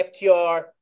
FTR